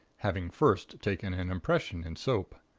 having first taken an impression in soap.